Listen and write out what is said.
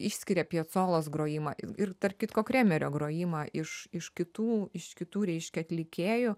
išskiria piacolos grojimą ir ir tarp kitko kremerio grojimą iš iš kitų iš kitų reiškia atlikėjų